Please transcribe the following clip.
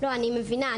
אני מבינה.